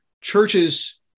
churches